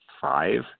five